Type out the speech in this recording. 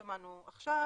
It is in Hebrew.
ששמענו עכשיו.